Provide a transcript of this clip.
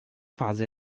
fase